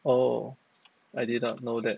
oh I did not know that